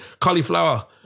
cauliflower